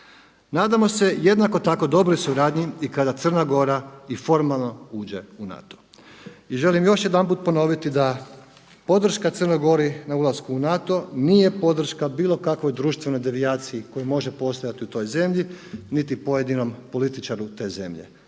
Nadamo se jednako tako dobroj suradnji i kada Crna Gora i formalno uđe u NATO. I želim još jedanput ponoviti da podrška Crnoj Gori na ulasku u NATO nije podrška bilo kakvoj društvenoj devijaciji koja može postojati u toj zemlji niti pojedinom političaru te zemlje,